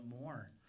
more